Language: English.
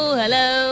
hello